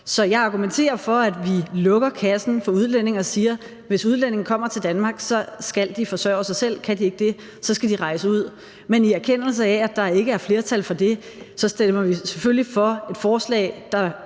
Så jeg argumenterer for, at vi lukker kassen for udlændinge og siger, at hvis udlændinge kommer til Danmark, skal de forsørge sig selv, og kan de ikke det, skal de rejse ud. Men i erkendelse af, at der ikke er flertal for det, så stemmer vi selvfølgelig for et forslag, der